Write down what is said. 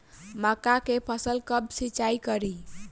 मका के फ़सल कब सिंचाई करी?